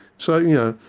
so you know,